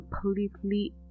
completely